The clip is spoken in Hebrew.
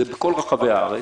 זה בכל רחבי הארץ